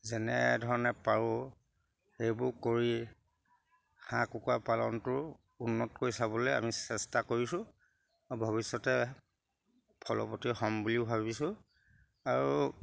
যেনেধৰণে পাৰোঁ সেইবোৰ কৰি হাঁহ কুকুৰা পালনটো উন্নত কৰি চাবলে আমি চেষ্টা কৰিছোঁ ভৱিষ্যতে ফলপতি হ'ম বুলিও ভাবিছোঁ আৰু